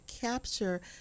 capture